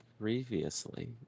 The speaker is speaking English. previously